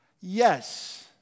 Yes